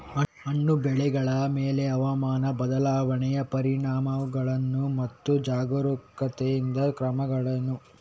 ಹಣ್ಣು ಬೆಳೆಗಳ ಮೇಲೆ ಹವಾಮಾನ ಬದಲಾವಣೆಯ ಪರಿಣಾಮಗಳೇನು ಮತ್ತು ಜಾಗರೂಕತೆಯಿಂದ ಕ್ರಮಗಳೇನು?